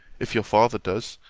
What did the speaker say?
if your father does,